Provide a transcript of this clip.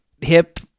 hip